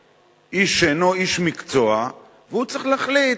איש שאינו איש מקצוע, והוא צריך להחליט